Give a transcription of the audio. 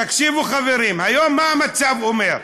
תקשיבו, חברים, היום מה המצב אומר?